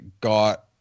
got